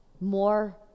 more